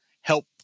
help